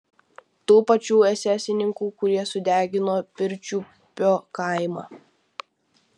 tų pačių esesininkų kurie sudegino pirčiupio kaimą